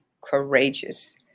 courageous